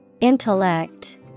Intellect